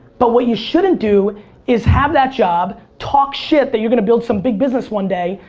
but what you shouldn't do is have that job, talk shit that you're gonna build some big business one day,